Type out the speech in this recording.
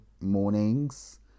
mornings